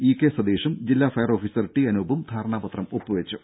E K സതീഷും ജില്ലാ fire officer T അനൂപും ധാരണപത്രം ഒപ്പുവച്ചു